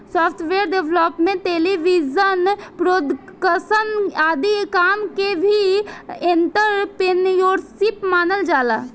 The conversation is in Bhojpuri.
सॉफ्टवेयर डेवलपमेंट टेलीविजन प्रोडक्शन आदि काम के भी एंटरप्रेन्योरशिप मानल जाला